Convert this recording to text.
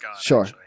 sure